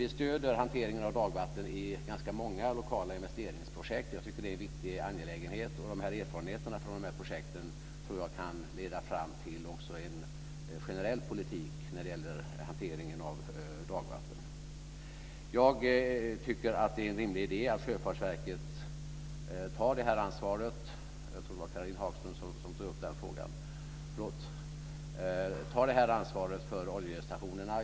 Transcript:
Vi stöder hanteringen av dagvatten genom ganska många lokala investeringsprojekt. Jag tycker att det är en viktig angelägenhet. Jag tror att erfarenheterna av dessa projekt också kan leda fram till en generell politik för hantering av dagvatten. Jag tycker att det är en rimlig idé att Sjöfartsverket tar ansvar - jag tror att det var Caroline Hagström som tog upp den frågan - för oljestationerna.